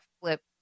flip